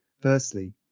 Firstly